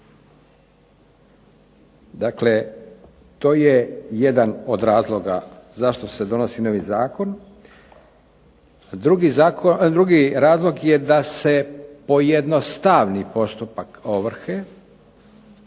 Dakle, to je jedan od razloga zašto se donosi novi zakon. Drugi razlog je da se pojednostavni postupak ovrhe,